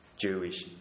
Jewish